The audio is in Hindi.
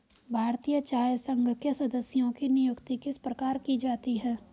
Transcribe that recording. भारतीय चाय संघ के सदस्यों की नियुक्ति किस प्रकार की जाती है?